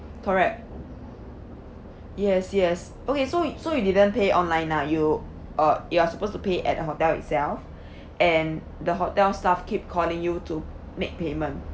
correct yes yes okay so so you didn't pay online lah you uh you are supposed to pay at the hotel itself and the hotel staff keep calling you to make payment